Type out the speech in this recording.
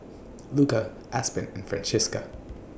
Luka Aspen and Francisca